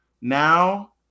now